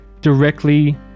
directly